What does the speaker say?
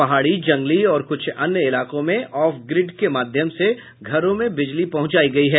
पहाड़ी जंगली और क्छ अन्य इलाकों में ऑफ ग्रिड के माध्यम से घरों में बिजली पहुंचायी गयी है